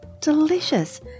Delicious